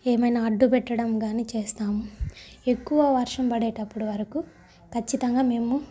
ఏమైనా అడ్డు పెట్టడం కానీ చేస్తాము ఎక్కువ వర్షం పడేటప్పుడు వరకు ఖచ్చితంగా మేము